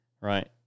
right